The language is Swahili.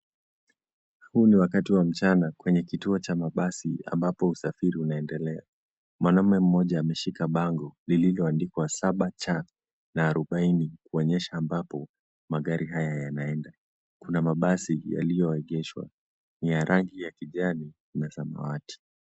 Huu ni wakati wa mchana kwenye kituo cha mabasi ambapo usafiri unaendelea. Mwanamume mmoja ameshika bango lililoandikwa 7C na 40 kuonyesha ambapo magari haya yanaenda. Kuna mabasi yaliyoegeshwa. Ni ya rangi ya kijani na samawati.